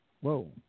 Whoa